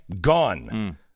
gone